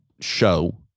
show